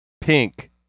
pink